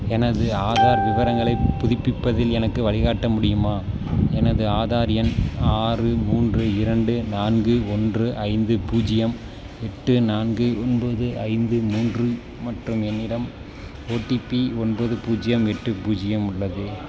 எனது ஆதார் விவரங்களைப் புதுப்பிப்பதில் எனக்கு வழிகாட்ட முடியுமா எனது ஆதார் எண் ஆறு மூன்று இரண்டு நான்கு ஒன்று ஐந்து பூஜ்ஜியம் எட்டு நான்கு ஒன்போது ஐந்து மூன்று மற்றும் என்னிடம் ஓடிபி ஒன்பது பூஜ்ஜியம் எட்டு பூஜ்ஜியம் உள்ளது